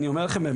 אני אומר לכם,